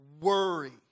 worry